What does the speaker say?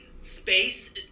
space